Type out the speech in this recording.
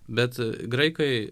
bet graikai